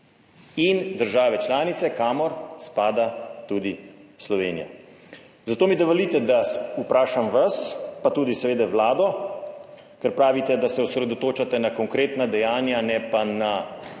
In države članice, kamor spada tudi Slovenija. Zato mi dovolite, da vprašam vas, pa tudi seveda Vlado, ker pravite, da se osredotočate na konkretna dejanja, ne pa na razne